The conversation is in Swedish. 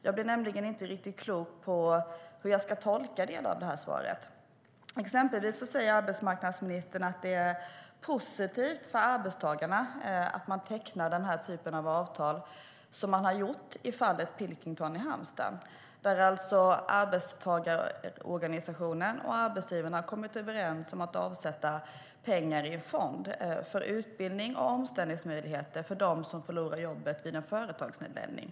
Jag blev nämligen inte riktigt klok på hur jag ska tolka delar av svaret. Exempelvis säger arbetsmarknadsministern att det är positivt för arbetstagarna att man tecknar den här typen av avtal som man har gjort i fallet Pilkington i Halmstad. Där har arbetstagarorganisationen och arbetsgivaren kommit överens om att avsätta pengar i en fond för utbildning och omställningsmöjligheter för dem som förlorar jobbet vid en företagsnedläggning.